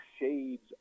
shades